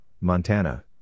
Montana